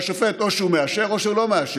והשופט, או שהוא מאשר או שהוא לא מאשר.